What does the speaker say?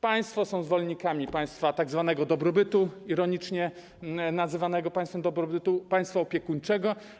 Państwo są zwolennikami tzw. państwa dobrobytu - ironicznie nazywanego państwem dobrobytu - państwa opiekuńczego.